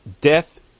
Death